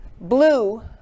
Blue